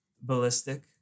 ballistic